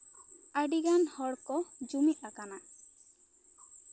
ᱟᱹᱰᱤ ᱜᱟᱱ ᱦᱚᱲ ᱠᱚ ᱡᱩᱢᱤᱫ ᱟᱠᱟᱱᱟ